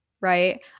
right